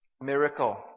Miracle